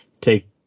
take